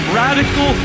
radical